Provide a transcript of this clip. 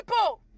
people